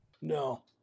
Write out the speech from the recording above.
No